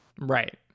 right